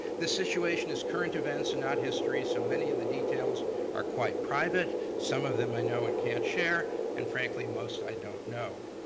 this situation is current events and not history, so many of the details are quite private. some of them i know and can't share, and frankly, most i don't know.